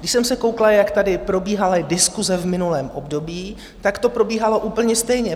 Když jsem se koukla, jak tady probíhaly diskuse v minulém období, tak to probíhalo úplně stejně.